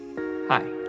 Hi